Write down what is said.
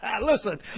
listen